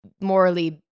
morally